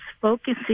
focusing